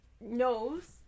knows